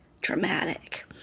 dramatic